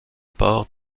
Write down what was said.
ports